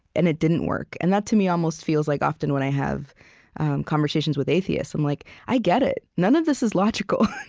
and it didn't work. and that, to me, almost feels like often, when i have conversations with atheists, i'm like, i get it. none of this is logical.